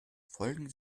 folgen